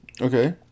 Okay